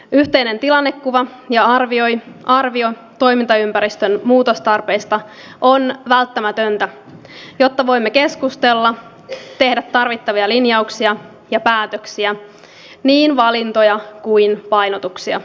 yhteinen tilannekuva ja arvio toimintaympäristön muutostarpeista ovat välttämättömiä jotta voimme keskustella tehdä tarvittavia linjauksia ja päätöksiä niin valintoja kuin painotuksia